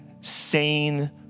sane